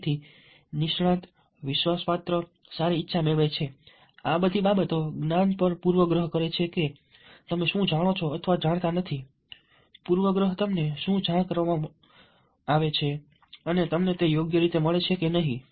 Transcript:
તેથી નિષ્ણાત વિશ્વાસપાત્ર સારી ઇચ્છા મેળવે છે આ બધી બાબતો જ્ઞાન પૂર્વગ્રહ કરે છે કે તમે શું જાણો છો અથવા જાણતા નથી પૂર્વગ્રહ તમને શું જાણ કરવામાં આવે છે અને તમને તે યોગ્ય રીતે મળે છે કે નહીં